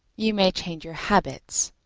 you may change your habits,